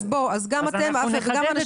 אז גם אחרים לא יבינו את זה ככה.